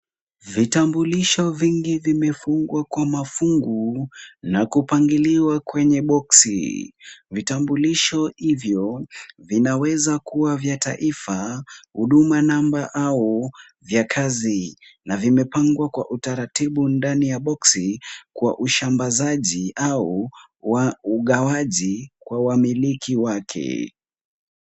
Vitambulisho vingi vimefungwa kwa mafungu na kupangiliwa kwenye boksi. Vitambulisho hivyo vinaweza kuwa vya taifa, huduma namba au vya kazi na vimepangwa kwa utaratibu ndani ya boksi kwa usambazaji au ugawaji kwa wamiliki wake.